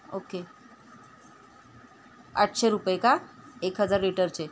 okay आठशे रुपये का एक हजार लिटरचे